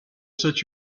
such